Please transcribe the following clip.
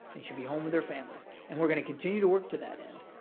they should be home with their families. and we're going to continue to work to that end.